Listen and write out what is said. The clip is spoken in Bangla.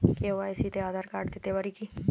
কে.ওয়াই.সি তে আঁধার কার্ড দিতে পারি কি?